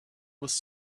was